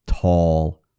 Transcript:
Tall